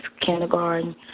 kindergarten